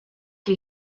you